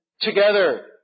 together